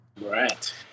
Right